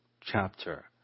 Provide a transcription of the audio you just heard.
chapter